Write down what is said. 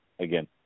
again